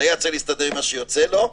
הדייג צריך להסתדר עם מה שיוצא לו,